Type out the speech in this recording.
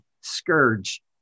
scourge